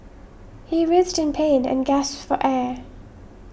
he writhed in pain and gasped for air